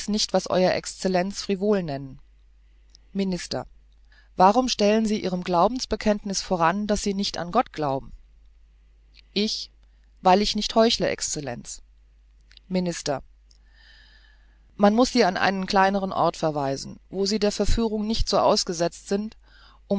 nicht was ew excellenz frivol nennen minister warum stellen sie ihrem glaubensbekenntnisse voran daß sie nicht an gott glauben ich weil ich nicht heuchle excellenz minister man muß sie an einen kleinern ort verweisen wo sie der verführung nicht so ausgesetzt sind